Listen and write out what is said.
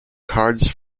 cards